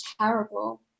terrible